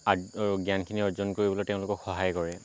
জ্ঞানখিনি অৰ্জন কৰিবলৈ তেওঁলোকক সহায় কৰে